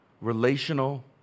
relational